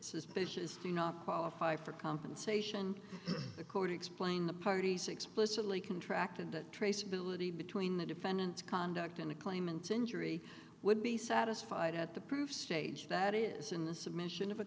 suspiciously not qualify for compensation according to plane the parties explicitly contract and traceability between the defendant's conduct and a claimant injury would be satisfied at the proof stage that is in the submission of a